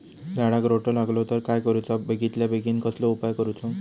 झाडाक रोटो लागलो तर काय करुचा बेगितल्या बेगीन कसलो उपाय करूचो?